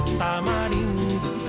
tamarindo